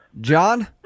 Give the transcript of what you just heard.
John